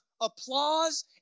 applause